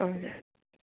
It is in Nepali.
हजुर